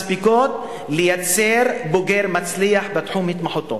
מספיקים לייצר בוגר מצליח בתחום התמחותו.